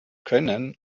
können